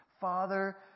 father